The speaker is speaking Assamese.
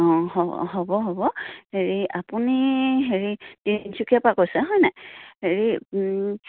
অঁ হ'ব হ'ব হ'ব হেৰি আপুনি হেৰি তিনিচুকীয়াৰ পৰা কৈছে হয়নে হেৰি